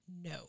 No